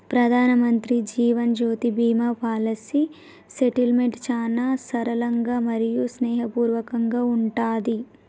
ప్రధానమంత్రి Jeevan Jyoti Bima policy settlement చాలా సరళంగా మరియు స్నేహపూర్వకంగా ఉంటున్నాది